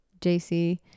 JC